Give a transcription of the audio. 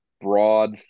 broad